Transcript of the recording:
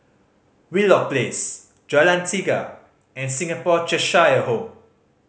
Wheelock Place Jalan Tiga and Singapore Cheshire Home